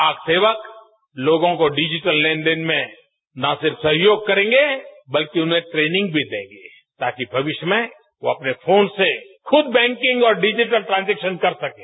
डाक सेवक लोगों को डिजिटल लेन देन में न सिर्फ सहयोग करेंगे बल्कि उन्हें ट्रेनिंग भी देंगे ताकि भविष्य में वे अपने फोन से खुद बैंकिग और डिजिटल ट्रांजेक्शन कर सकें